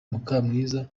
mukamwiza